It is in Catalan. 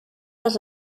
les